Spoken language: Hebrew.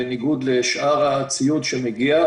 בניגוד לשאר הציוד שמגיע.